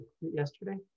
yesterday